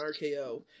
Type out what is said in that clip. RKO